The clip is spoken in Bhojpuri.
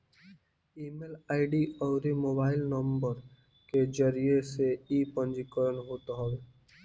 ईमेल आई.डी अउरी मोबाइल नुम्बर के जरिया से इ पंजीकरण होत हवे